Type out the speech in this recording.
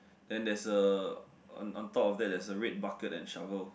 then there's a on on top of that there's a red bucket and a shovel